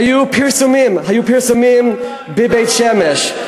היו פרסומים, היו פרסומים בבית-שמש,